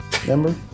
Remember